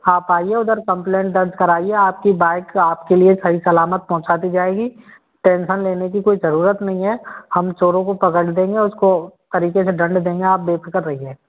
आप आइए उधर कम्पलेंट दर्ज कराईए आपकी बाइक आपके लिए सही सलामत पहुँचा दी जाएगी टेन्सन लेने कि कोई जरूरत नहीं है हम चोरों को पकड़ लेंगे और उसको तरीके से दंड देंगे आप बेफिक्र रहिए